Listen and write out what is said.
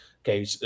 Okay